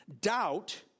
Doubt